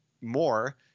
more